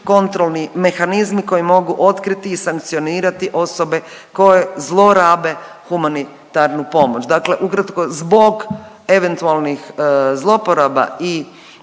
kontrolni mehanizmi koji mogu otkriti i sankcionirati osobe koje zlorabe humanitarnu pomoć. Dakle, ukratko zbog eventualnih zlouporaba i